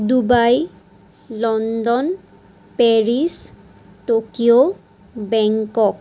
Dubai London Paris Tokyo Bangkok